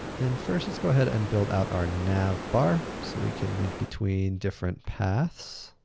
and first, let's go ahead and build out our nav bar so we can link between different paths.